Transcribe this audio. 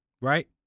right